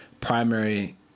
primary